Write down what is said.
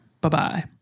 Bye-bye